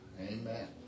Amen